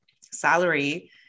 salary